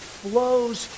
flows